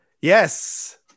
yes